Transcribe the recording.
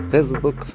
Facebook